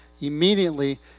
Immediately